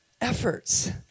efforts